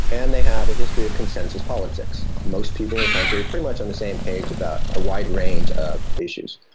and they have a history of consensus politics. most people in the country are pretty much on the same page about a wide range of issues.